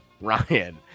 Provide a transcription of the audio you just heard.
Ryan